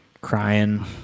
crying